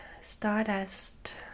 stardust